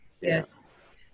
Yes